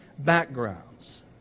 backgrounds